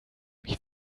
mich